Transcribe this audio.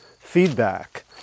feedback